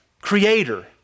creator